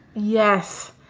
yes.